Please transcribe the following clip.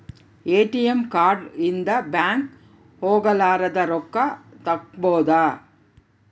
ATM card ಇಂದ bank ಹೋಗಲಾರದ ರೊಕ್ಕ ತಕ್ಕ್ಕೊಬೊದು